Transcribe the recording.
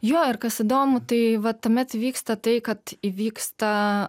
jo ir kas įdomu tai vat tuomet įvyksta tai kad įvyksta